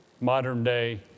modern-day